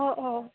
অঁ অঁ